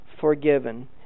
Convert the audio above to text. forgiven